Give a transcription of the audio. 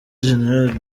gen